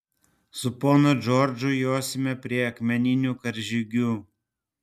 su ponu džordžu josime prie akmeninių karžygių